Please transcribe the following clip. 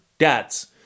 debts